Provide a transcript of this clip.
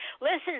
Listen